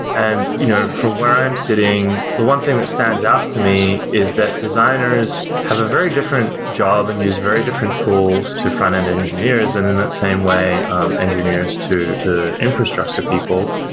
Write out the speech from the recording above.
and you know from where i'm sitting, the one thing that stands out to me is that designers have a very different job and use very different tools to front end engineers. and in that same way engineers, to to infrastructure people,